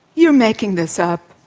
you're making this up.